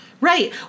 Right